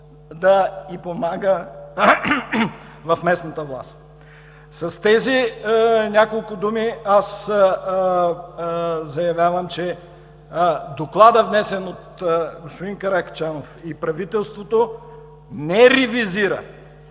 да й помага в местната власт. С тези няколко думи заявявам, че Докладът, внесен от господин Каракачанов и правителството, не ревизира,